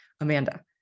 Amanda